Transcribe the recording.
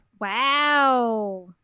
Wow